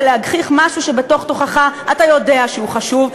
להגחיך משהו שבתוך תוכך אתה יודע שהוא חשוב,